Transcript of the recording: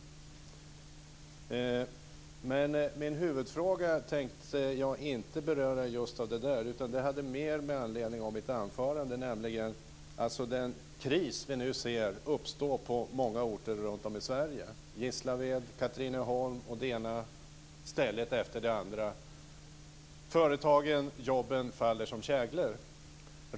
Jag tänkte i min huvudfråga inte beröra just detta utan mer det jag sade i mitt anförande. Den kris vi nu ser uppstår på många orter runtom i Sverige - Gislaved, Katrineholm och det ena stället efter det andra. Företagen och jobben faller som käglor.